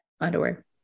underwear